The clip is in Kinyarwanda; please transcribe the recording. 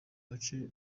gace